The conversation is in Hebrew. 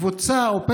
קבוצה זו,